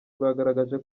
bwagaragaje